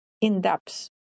in-depth